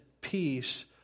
peace